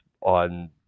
on